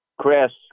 Chris